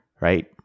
right